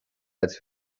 als